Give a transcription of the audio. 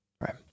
Right